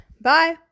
Bye